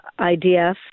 IDF